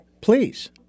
Please